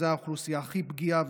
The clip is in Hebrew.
זו האוכלוסייה הכי פגיעה.